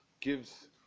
gives